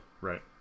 Right